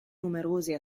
numerose